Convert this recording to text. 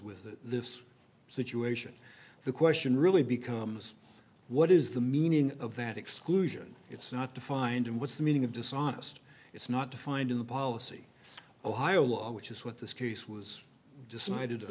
with this situation the question really becomes what is the meaning of that exclusion it's not defined and what's the meaning of dishonest it's not defined in the policy ohio law which is what this case was decided